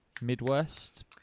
midwest